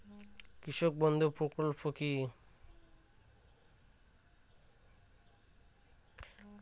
কৃষক বন্ধু প্রকল্প কি?